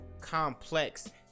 complex